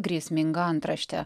grėsminga antraštė